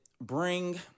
bring